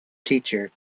teacher